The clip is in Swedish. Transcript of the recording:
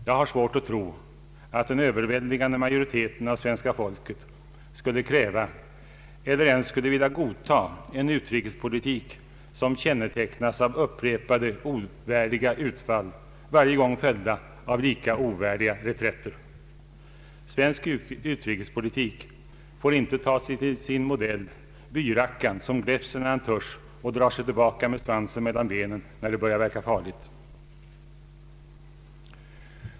Jag har svårt att tro att den överväldigande majoriteten av svenska folket skulle kräva eller ens skulle vilja godta en utrikespolitik som kännetecknas av upprepade ovärdiga utfall, varje gång följda av olika ovärdiga reträtter. Svensk utrikespolitik får inte ta till modell byrackan som gläfser när han törs och drar sig tillbaka med svansen mellan benen när det börjar verka farligt.